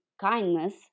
kindness